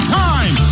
time